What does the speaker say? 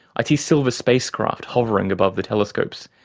i'd see silver spacecraft hovering above the telescopes,